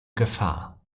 gefahr